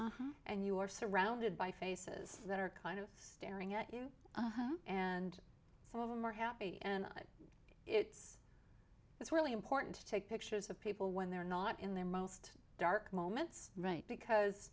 and you are surrounded by faces that are kind of staring at you and some of them are happy and it's it's really important to take pictures of people when they're not in their most dark moments right because